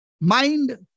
Mind